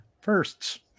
firsts